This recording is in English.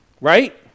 Right